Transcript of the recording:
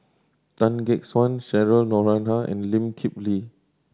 Tan Gek Suan Cheryl Noronha and Lee Kip Lee